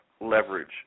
leverage